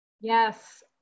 Yes